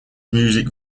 music